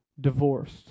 divorced